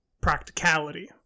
practicality